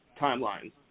timelines